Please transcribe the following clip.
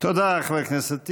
תודה, חבר הכנסת טיבי.